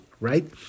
right